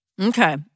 Okay